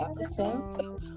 episode